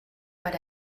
per